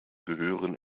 gehören